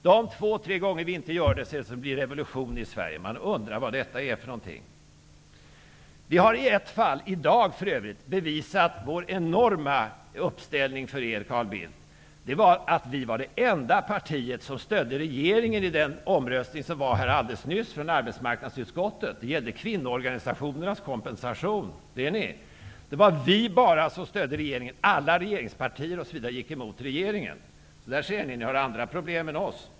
De två tre gånger som vi inte har gjort det, blir det revolution i Sverige. Man undrar vad det är. För övrigt har vi i ett fall i dag bevisat vår enorma uppställning för er, Carl Bildt. Vi var det enda parti som stödde regeringen i omröstningen alldeles nyss beträffande arbetsmarknadsutskottets förslag när det gällde kvinnoorganisationernas kompensation -- det ni! Alla andra regeringspartier gick emot regeringen. Där ser ni. Ni har andra problem än oss.